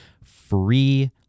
free